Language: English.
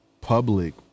public